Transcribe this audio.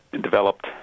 developed